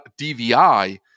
DVI